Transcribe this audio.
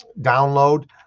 download